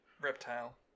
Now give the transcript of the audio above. Reptile